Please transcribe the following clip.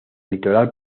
litoral